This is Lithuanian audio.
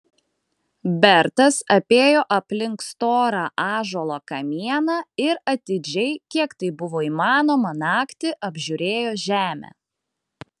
bertas apėjo aplink storą ąžuolo kamieną ir atidžiai kiek tai buvo įmanoma naktį apžiūrėjo žemę